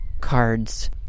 cards